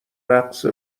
رقص